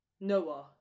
Noah